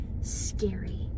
scary